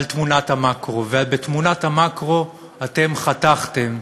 על תמונת המקרו, ובתמונת המקרו אתם חתכתם,